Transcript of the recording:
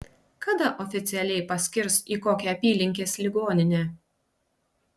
kada oficialiai paskirs į kokią apylinkės ligoninę